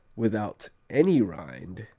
without any rind,